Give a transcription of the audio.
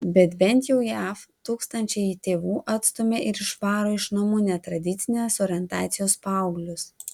bet bent jau jav tūkstančiai tėvų atstumia ir išvaro iš namų netradicinės orientacijos paauglius